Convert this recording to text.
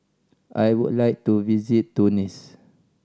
I would like to visit Tunis